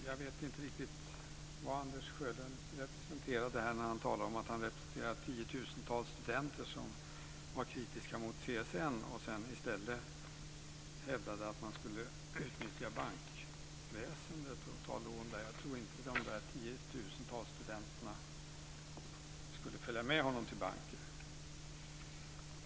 Jag vet inte riktigt vad Anders Sjölund representerade när han talade om att han representerar tiotusentals studenter som varit kritiska mot CSN. I stället hävdade han att man skulle utnyttja bankväsendet och ta lån där. Jag tror inte att de där tiotusentals studenterna skulle följa med honom till banken.